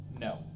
no